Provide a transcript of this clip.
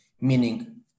meaning